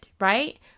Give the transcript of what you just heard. right